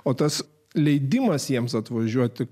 o tas leidimas jiems atvažiuoti